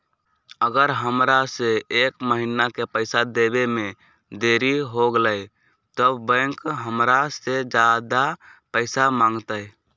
अगर हमरा से एक महीना के पैसा देवे में देरी होगलइ तब बैंक हमरा से ज्यादा पैसा मंगतइ?